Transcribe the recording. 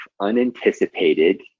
unanticipated